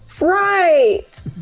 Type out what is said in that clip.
Right